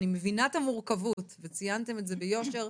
אני מבינה את המורכבות ואתם ציינתם את זה ביושר.